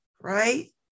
Right